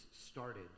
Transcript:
started